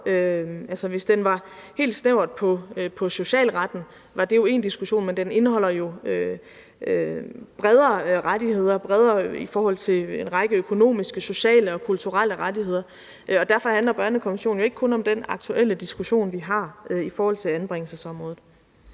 hvis den helt snævert gjaldt socialretten, var det jo én diskussion, men den indeholder bredere rettigheder, bredere i forhold til en række økonomiske, sociale og kulturelle rettigheder, og derfor handler børnekonventionen jo ikke kun om den aktuelle diskussion, vi har i forhold til anbringelsesområdet.